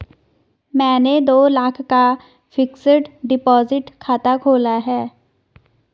मैंने दो लाख का फ़िक्स्ड डिपॉज़िट खाता खोला